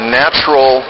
natural